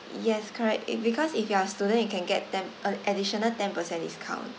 yes correct if because if you are student you can get ten uh additional ten per cent discount